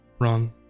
wrong